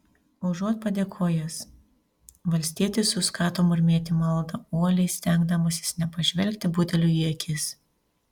užuot padėkojęs valstietis suskato murmėti maldą uoliai stengdamasis nepažvelgti budeliui į akis